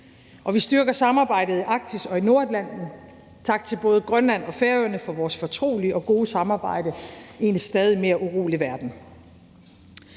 Og vi styrker samarbejdet i Arktis og i Nordatlanten – tak til både Grønland og Færøerne for vores fortrolige og gode samarbejde i en stadig mere urolig verden.